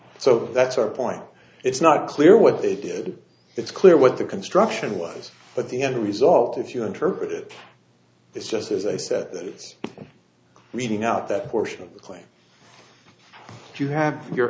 so that's our point it's not clear what they did it's clear what the construction was but the end result if you interpret it is just as i said it's reading out that portion of the claim to have your